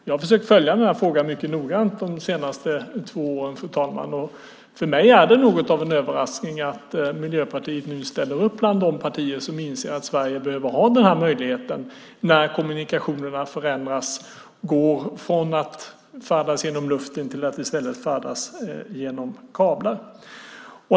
Jag har försökt följa den här frågan mycket noggrant de senaste två åren, fru talman, och för mig är det något av en överraskning att Miljöpartiet nu ställer upp bland de partier som inser att Sverige behöver ha den här möjligheten när kommunikationerna förändras och går från att färdas genom luften till att i stället färdas genom kablar.